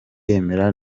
yemera